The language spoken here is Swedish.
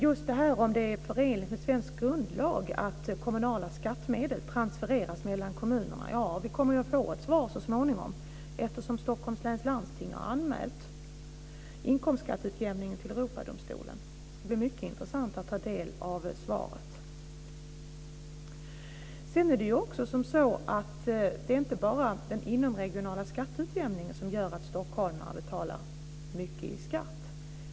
Just på frågan om det är förenligt med svensk grundlag att kommunala skattemedel transfereras mellan kommunerna kommer vi att få ett svar så småningom, eftersom Stockholms läns landsting har anmält inkomstskatteutjämningen till Europadomstolen. Det ska bli mycket intressant att ta del av svaret. Det är inte bara den inomregionala skatteutjämningen som gör att stockholmare betalar mycket i skatt.